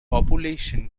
population